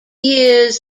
years